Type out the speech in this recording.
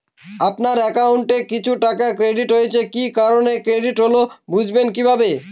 আপনার অ্যাকাউন্ট এ কিছু টাকা ক্রেডিট হয়েছে কি কারণে ক্রেডিট হল বুঝবেন কিভাবে?